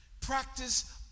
practice